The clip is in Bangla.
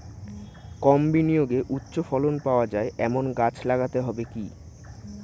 কম বিনিয়োগে উচ্চ ফলন পাওয়া যায় এমন গাছ লাগাতে হবে কি?